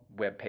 webpage